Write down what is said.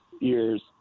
years